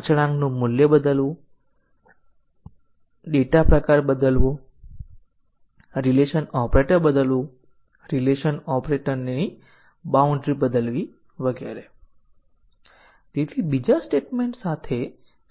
આપણે કહ્યું હતું કે માત્ર ખૂબ જ નજીવા પ્રોગ્રામ માટે આપણે ટેસ્ટ ઇનપુટ્સ વિકસાવી શકીએ છીએ જે પ્રોગ્રામ તત્વોના કવરેજનું કારણ બનશે